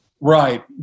Right